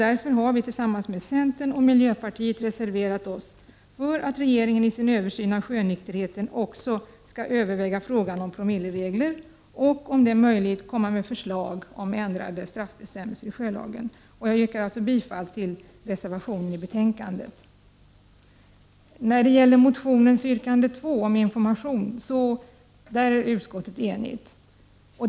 Därför har vi tillsammans med centern och miljöpartiet reserverat oss för att regeringen i sin översyn av sjönykterheten också skall överväga frågan om promilleregler och, om det är möjligt, lägga fram förslag om ändrade straffbestämmelser i sjölagen. Jag yrkar bifall till reservationen i betänkandet. Utskottet är däremot enigt om motionens yrkande 2 om information.